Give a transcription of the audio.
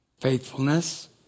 Faithfulness